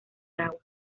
agua